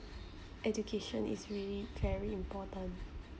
education is really very important